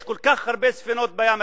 יש כל כך הרבה ספינות בים התיכון,